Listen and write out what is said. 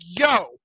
yo